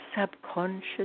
subconscious